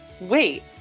Wait